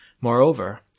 Moreover